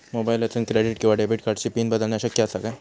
मोबाईलातसून क्रेडिट किवा डेबिट कार्डची पिन बदलना शक्य आसा काय?